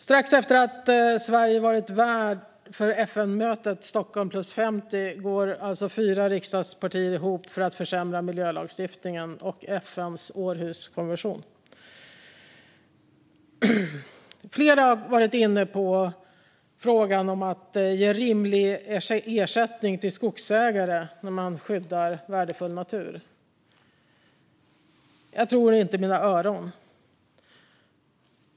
Strax efter att Sverige har varit värd för FN-mötet Stockholm + 50 går alltså fyra riksdagspartier ihop för att försämra miljölagstiftningen och FN:s århuskonvention. Flera har varit inne på frågan om att ge rimlig ersättning till skogsägare när man skyddar värdefull natur. Jag tror inte mina öron!